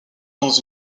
dans